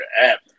app